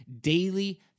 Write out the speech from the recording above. daily